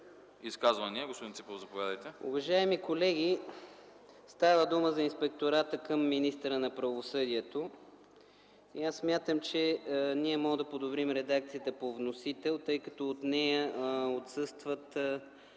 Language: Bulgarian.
Изказвания? Господин Ципов, заповядайте. ДОКЛАДЧИК КРАСИМИР ЦИПОВ: Уважаеми колеги, става дума за Инспектората към министъра на правосъдието. Аз смятам, че можем да подобрим редакцията по вносител, тъй като от нея отсъстват